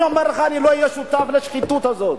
אני אומר לך, אני לא אהיה שותף לשחיתות הזאת.